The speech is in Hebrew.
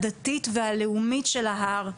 הדתית והלאומית של ההר.